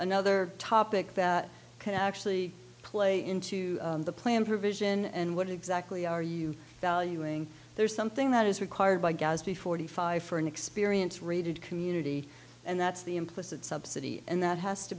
another topic that can actually play into the plan provision and what exactly are you valuing there is something that is required by gadsby forty five for an experience rated community and that's the implicit subsidy and that has to